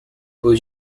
aux